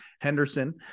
Henderson